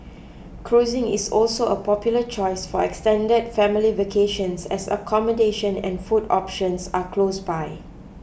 cruising is also a popular choice for extended family vacations as accommodation and food options are close by